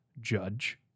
judge